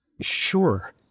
Sure